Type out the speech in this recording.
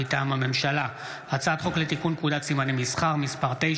מטעם הממשלה: הצעת חוק לתיקון פקודת סימני מסחר (מס' 9)